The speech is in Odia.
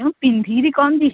କଣ ପିନ୍ଧିକିରି କଣ ଯିବି